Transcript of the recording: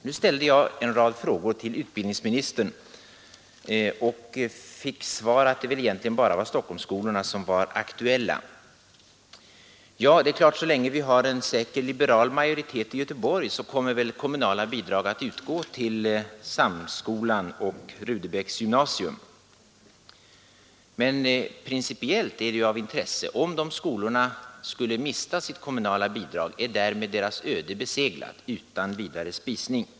Nu ställde jag en rad frågor till utbildningsministern och fick svaret att det egentligen bara var Stockholmsskolorna som var aktuella. Ja, det är klart: så länge vi har en säker liberal majoritet i Göteborg kommer väl kommunala bidrag att utgå till Samskolan och Rudebecks gymnasium. Men principiellt är ju detta av intresse — om de skolorna skulle mista sitt kommunala bidrag är därmed deras öde beseglat utan vidare spisning.